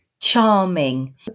charming